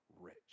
rich